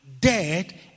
dead